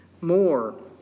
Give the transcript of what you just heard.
more